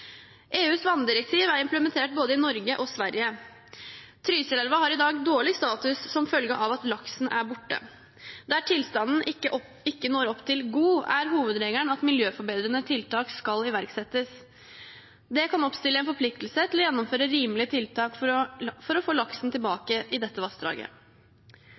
EUs vanndirektiv er implementert i både Norge og Sverige. Trysilelva har i dag dårlig status, som følge av at laksen er borte. Der tilstanden ikke når opp til «god», er hovedregelen at miljøforbedrende tiltak skal iverksettes. Det kan oppstille en forpliktelse til å gjennomføre rimelige tiltak for å få laksen tilbake i dette vassdraget.